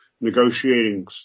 negotiating